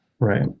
Right